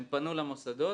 הם פנו למוסדות.